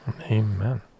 amen